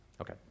Okay